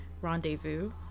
rendezvous